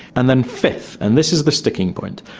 and then fifth, and this is the sticking point,